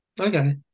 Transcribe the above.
Okay